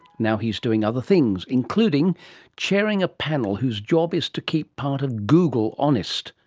now he's doing other things, including chairing a panel whose job is to keep part of google honest,